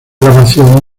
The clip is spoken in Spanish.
grabación